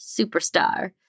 Superstar